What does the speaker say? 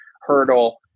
hurdle